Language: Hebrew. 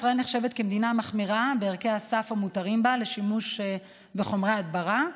ישראל נחשבת למדינה המחמירה בערכי הסף המותרים בה לשימוש בחומרי הדברה.